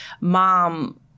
mom